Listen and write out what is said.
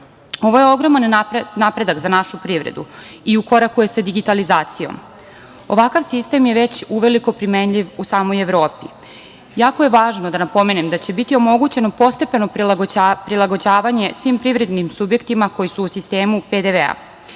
je ogroman napredak za našu privredu i u koraku je sa digitalizacijom. Ovakav sistem je već uveliko primenljiv u samoj Evropi. Jako je važno da napomenem da će biti omogućeno postepeno prilagođavanje svim privrednim subjektima koji su u sistemu PDV